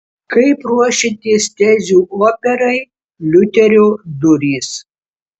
kaip ruošiatės tezių operai liuterio durys